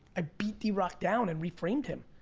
i beat d rock down and reframed him.